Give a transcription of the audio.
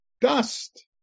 dust